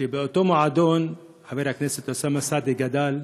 באותו מועדון חבר הכנסת אוסאמה סעדי גדל,